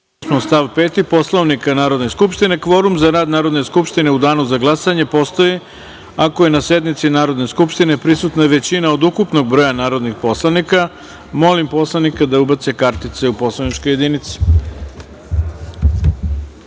stav 5. Poslovnika Narodne skupštine, kvorum za rad Narodne skupštine u danu za glasanje postoji ako je na sednici Narodne skupštine prisutna većina od ukupnog broja narodnih poslanika. Molim poslanike da ubace kartice u poslaničke